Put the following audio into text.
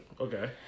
Okay